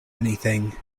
anything